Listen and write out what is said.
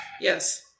Yes